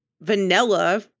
Vanilla